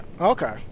okay